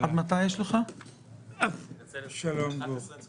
תודה לחבר הכנסת בגין ולחבר הכנסת רוטמן